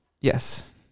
yes